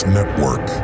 Network